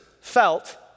felt